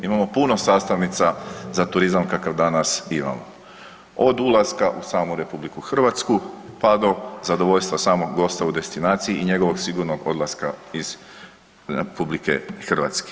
Imamo puno sastavnica za turizam kakav danas imamo, od ulaska u samu RH, pa do zadovoljstva samog gosta u destinaciji i njegovog sigurnog odlaska iz RH.